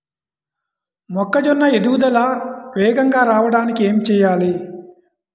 మొక్కజోన్న ఎదుగుదల వేగంగా రావడానికి ఏమి చెయ్యాలి?